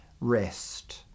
rest